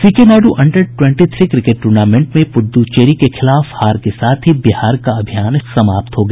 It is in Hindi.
C K Nayudu under twenty three cricket tournament में पुद्दुचेरी के खिलाफ हार के साथ ही बिहार का अभियान समाप्त हो गया